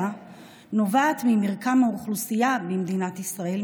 נובעת ממרקם האוכלוסייה במדינת ישראל,